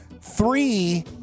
Three